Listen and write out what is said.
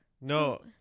No